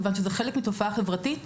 כיוון שזהו חלק מתופעה חברתית.